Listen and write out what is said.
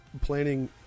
planning